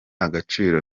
agaciro